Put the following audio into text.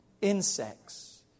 Insects